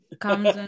comes